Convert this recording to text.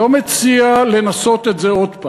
לא מציע לנסות את זה עוד פעם,